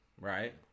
right